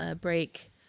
break